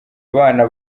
bana